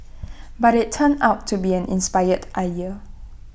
but IT turned out to be an inspired idea